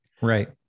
Right